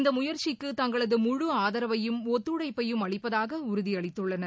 இந்த முயற்சிக்கு தங்களது முழு ஆதாரவையும் ஒத்துழழப்பயும் அளிப்பதாக உறுதி அளித்துள்ளனர்